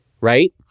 right